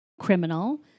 criminal